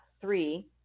Three